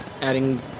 adding